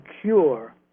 cure